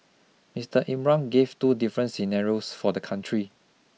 Mister Imran gave two different scenarios for the country